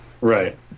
Right